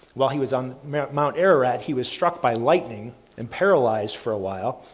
while he was on mount mount ararat, he was struck by lightning and paralyzed for a while.